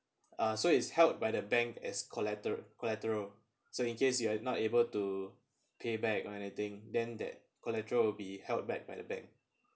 uh so it's held by the bank as collateral collateral so in case you are not able to pay back or anything then that collateral will be held back by the bank